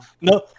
No